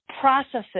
processes